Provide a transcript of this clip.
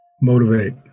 Motivate